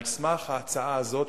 על סמך ההצעה הזאת,